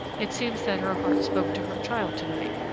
it seems that her heart spoke to her child to-night,